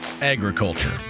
agriculture